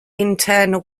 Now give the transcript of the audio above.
internal